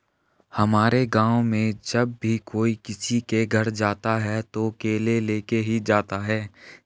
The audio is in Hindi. हमारे गाँव में जब भी कोई किसी के घर जाता है तो केले लेके ही जाता है